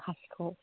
माखासेखौ